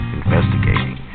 investigating